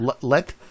Let